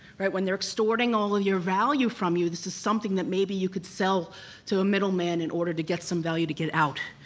when they're extorting all of your value from you this is something that maybe you could sell to a middleman in order to get some value to get out.